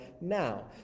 now